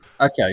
Okay